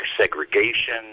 segregation